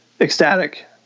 ecstatic